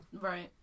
Right